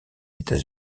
états